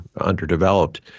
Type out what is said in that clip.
underdeveloped